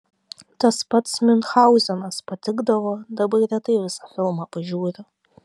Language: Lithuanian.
tas pats miunchauzenas patikdavo dabar retai visą filmą pažiūriu